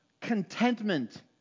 contentment